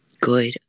good